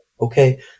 Okay